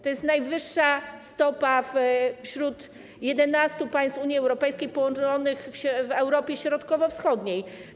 To jest najniższa stopa wśród 11 państw Unii Europejskiej połączonych w Europie Środkowo-Wschodniej.